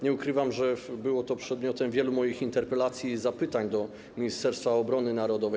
Nie ukrywam, że było to przedmiotem wielu moich interpelacji i zapytań do Ministerstwa Obrony Narodowej.